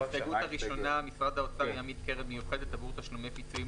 ההצעה הבאה: במקום המועד הנקוב בהצעת החוק,